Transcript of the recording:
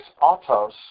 autos